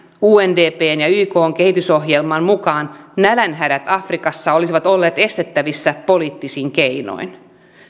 undpn ja ykn kehitysohjelman mukaan nälänhädät afrikassa olisivat olleet estettävissä poliittisin keinoin